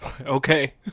Okay